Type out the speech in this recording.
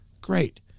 Great